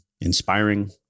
inspiring